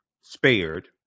spared